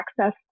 access